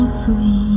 free